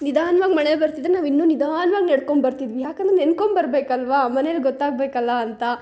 ನಿಧಾನ್ವಾಗಿ ಮಳೆ ಬರ್ತಿದ್ದರೆ ನಾವು ಇನ್ನೂ ನಿಧಾನ್ವಾಗ್ ನಡ್ಕೊಬರ್ತಿದ್ವಿ ಯಾಕಂದ್ರೆ ನೆನ್ಕೊಂಬರಬೇಕಲ್ವಾ ಮನೆಯಲ್ಲಿ ಗೊತ್ತಾಗಬೇಕಲ್ಲಾ ಅಂತ